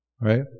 Right